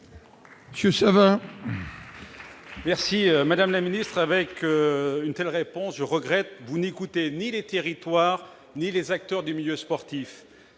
Monsieur Savin,